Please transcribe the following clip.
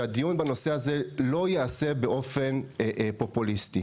שהדיון בנושא הזה לא ייעשה באופן פופוליסטי.